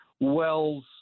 Wells